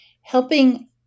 helping